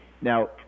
Now